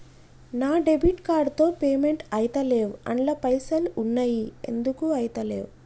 నా debit card తో payment ఐతలేవ్ అండ్ల పైసల్ ఉన్నయి ఎందుకు ఐతలేవ్?